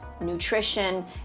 nutrition